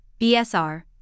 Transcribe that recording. bsr